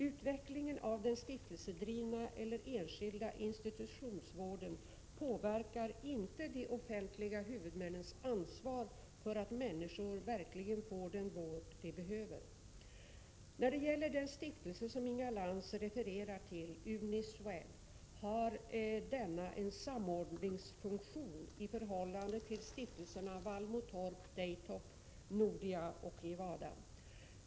Utvecklingen av den stiftelsedrivna eller enskilda institutionsvården påverkar inte de offentliga huvudmännens ansvar för att människor verkligen får den vård de behöver. När det gäller den stiftelse som Inga Lantz refererar till, Uniswed, har denna en samordningsfunktion i förhållande till stiftelserna Vallmotorp, Daytop, Nordia och Evada.